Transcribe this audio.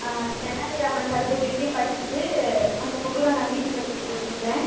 தென்னாலிராமன் கதை புக்கு இங்கே படிச்சுட்டு மற்ற புக்கெலாம் நான் வீட்டுக்கு எடுத்துகிட்டு போய் படிக்கிறேன்